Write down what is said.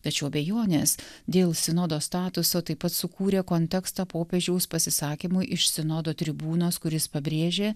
tačiau abejonės dėl sinodo statuso taip pat sukūrė kontekstą popiežiaus pasisakymui iš sinodo tribūnos kuris pabrėžė